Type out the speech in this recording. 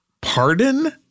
Pardon